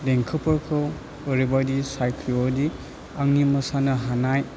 देंखोफोरखौ ओरैबायदि सायखयो दि आं मोसानो हानाय